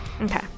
Okay